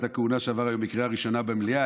הכהונה שעבר היום בקריאה ראשונה במליאה,